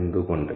എന്തുകൊണ്ട്